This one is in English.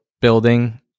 building